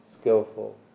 skillful